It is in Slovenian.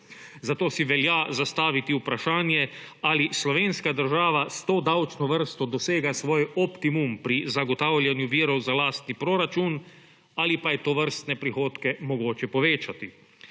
zato si velja zastaviti vprašanje, ali slovenska država s to davčno vrsto dosega svoj optimum pri zagotavljanju virov za lastni proračun ali pa je tovrstne prihodke mogoče povečati.